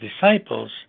disciples